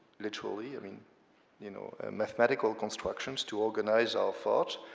literally i mean you know mathematical constructions to organize our thoughts,